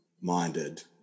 minded